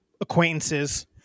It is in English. acquaintances